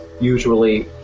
usually